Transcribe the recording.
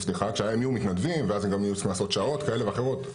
כשהם יהיו מתנדבים ואז הם גם יהיו צריכים לעשות שעות כאלה ואחרות.